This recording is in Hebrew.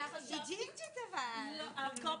אלקטרונית, מחסנית וחומר